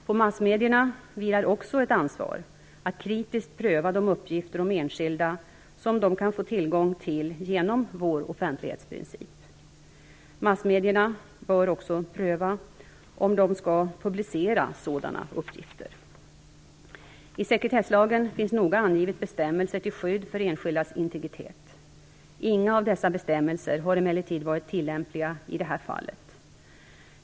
På massmedierna vilar också ett ansvar att kritiskt pröva de uppgifter om enskilda som de kan få tillgång till genom vår offentlighetsprincip. Massmedierna bör också pröva om de skall publicera sådana uppgifter. I sekretesslagen finns noga angivet bestämmelser till skydd för enskildas integritet. Inga av dessa bestämmelser har emellertid varit tillämpliga i det här fallet.